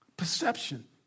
perception